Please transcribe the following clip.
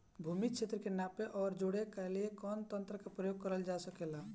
भूमि क्षेत्र के नापे आउर जोड़ने के लिए कवन तंत्र का प्रयोग करल जा ला?